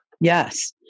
Yes